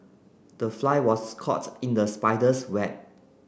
the fly was caught in the spider's web